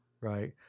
Right